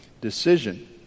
decision